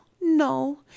no